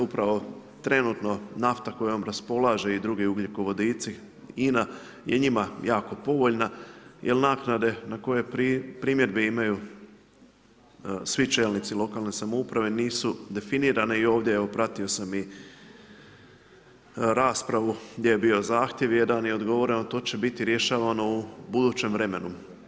Upravo trenutno nafta kojom raspolaže i drugi ugljikovodici INA je njima jako povoljna jel naknade na koje primjedbe imaju svi čelnici lokalne samouprave nisu definirane i ovdje evo pratio sam i raspravu gdje je bio zahtjev jedan gdje je odgovoreno to će biti rješavano u budućem vremenu.